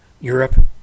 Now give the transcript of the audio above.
Europe